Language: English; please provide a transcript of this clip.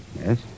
Yes